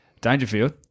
Dangerfield